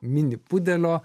mini pudelio